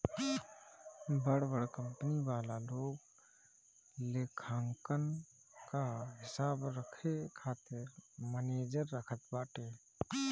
बड़ बड़ कंपनी वाला लोग लेखांकन कअ हिसाब रखे खातिर मनेजर रखत बाटे